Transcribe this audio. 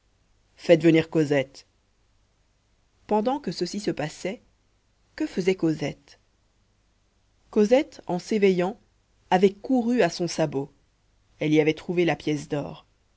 faites venir cosette pendant que ceci se passait que faisait cosette cosette en s'éveillant avait couru à son sabot elle y avait trouvé la pièce d'or